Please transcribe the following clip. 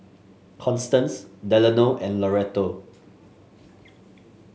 Constance Delano and Loretto